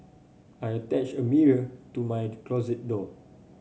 I attached a mirror to my closet door